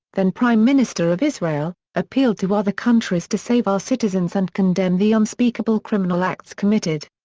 then-prime minister of israel, appealed to other countries to save our citizens and condemn the unspeakable criminal acts committed.